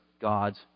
God's